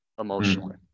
emotionally